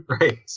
Right